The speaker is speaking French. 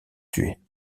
tués